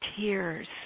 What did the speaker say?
tears